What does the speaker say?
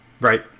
Right